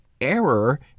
error